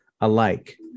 alike